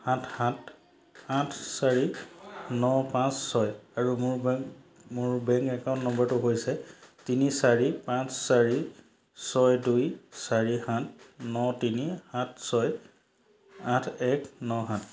সাত সাত আঠ চাৰি ন পাঁচ ছয় আৰু মোৰ বেংক বেংক একাউণ্ট নম্বৰটো হৈছে তিনি চাৰি পাঁচ চাৰি ছয় দুই চাৰি সাত ন তিনি সাত ছয় আঠ এক ন সাত